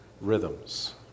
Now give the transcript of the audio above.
rhythms